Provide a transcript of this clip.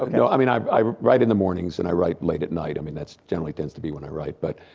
ah you know i mean, i i write in the mornings and i write late at night, i mean that generally tends to be when i write but